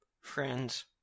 friends